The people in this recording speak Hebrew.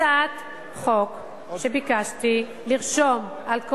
הצעת חוק שביקשתי בה לרשום על כל